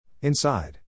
Inside